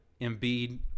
Embiid